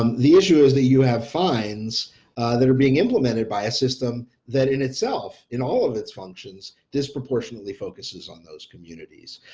um the issue is that you have fines that are being implemented by a system that in itself in all of its functions disproportionately focuses on those communities.